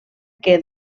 que